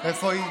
איפה היא?